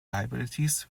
liabilities